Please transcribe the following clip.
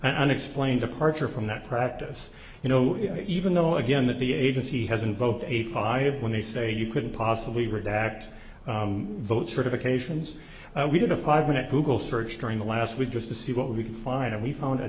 unexplained departure from that practice you know even though again that the agency has invoked a pie when they say you couldn't possibly redact vote certifications we did a five minute google search during the last week just to see what we could find and we found a